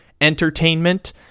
entertainment